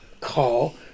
call